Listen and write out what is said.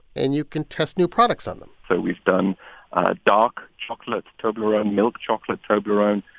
and you can test new products on them so we've done a dark chocolate toblerone, milk chocolate toblerone,